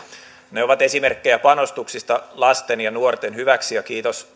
ne ovat esimerkkejä panostuksista lasten ja nuorten hyväksi ja kiitos